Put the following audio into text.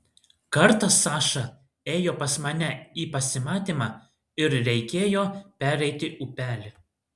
kartą saša ėjo pas mane į pasimatymą ir reikėjo pereiti upelį